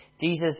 Jesus